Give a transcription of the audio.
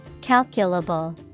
Calculable